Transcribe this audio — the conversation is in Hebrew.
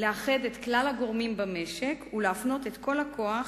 לאחד את כלל הגורמים במשק ולהפנות את כל הכוח